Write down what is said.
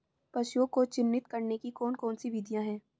पशुओं को चिन्हित करने की कौन कौन सी विधियां हैं?